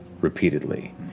repeatedly